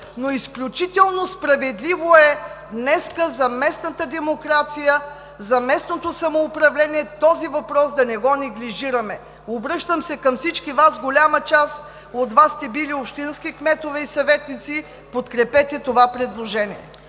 Изключително справедливо е днес за местната демокрация, за местното самоуправление този въпрос да не го неглижираме. Обръщам се към всички Вас – голяма част от Вас сте били общински кметове и съветници – подкрепете това предложение!